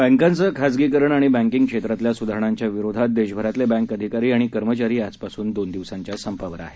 बँकांच खासगीकरण आणि बँकिंग क्षेत्रातल्या स्धारणांच्या विरोधात देशभरातले बँक अधिकारी आणि कर्मचारी आजपासून दोन दिवसांच्या संपावर आहेत